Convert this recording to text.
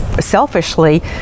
selfishly